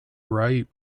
right